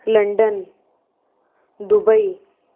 London Dubai